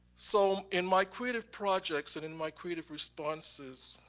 so um in my creative projects and in my creative responses,